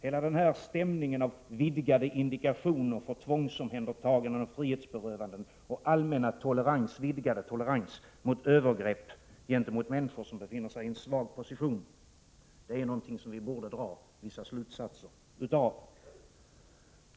Hela denna stämning av vidgade indikationer för tvångsomhändertaganden och frihetsberövanden samt den allmänna, vidgade toleransen mot övergrepp gentemot människor som befinner sig i en svag position är något som vi borde dra vissa slutsatser av.